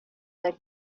that